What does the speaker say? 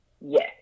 Yes